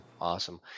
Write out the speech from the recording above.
Awesome